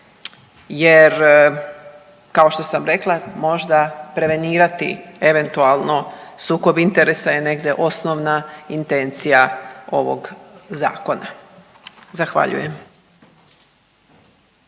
jer kao što sam rekla, možda prevenirati eventualno sukob interesa, je negdje osnovna intencija ovog zakona. Zahvaljujem.